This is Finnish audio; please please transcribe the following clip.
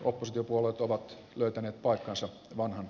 oppostiopuolueet ovat löytäneet paikkansa vaan